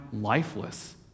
lifeless